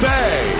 Bay